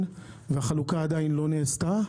והחלוקה עדיין לא נעשתה.